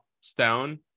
stone